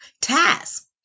task